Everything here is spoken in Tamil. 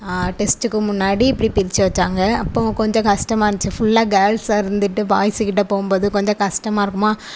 டெஸ்ட்டுக்கு முன்னாடி இப்படி பிரிச்சு வச்சாங்க அப்போது கொஞ்சம் கஷ்டமாக இருந்துச்சு ஃபுல்லாக கேர்ள்ஸ்ஸாக இருந்துட்டு பாய்ஸ்ஸுகிட்ட போகும் போது கொஞ்சம் கஷ்டமாக இருக்குமா